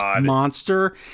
monster